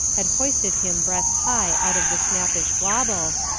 had hoisted him breast-high out of the snappish wobble,